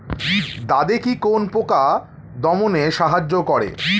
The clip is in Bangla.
দাদেকি কোন পোকা দমনে সাহায্য করে?